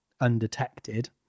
undetected